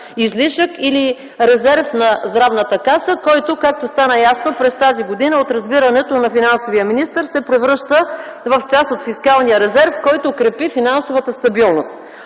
„излишък” или „резерв” на Здравната каса, който, както стана ясно през тази година, от разбирането на финансовия министър, се превръща в част от фискалния резерв, който крепи финансовата стабилност.